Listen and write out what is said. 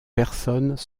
personnes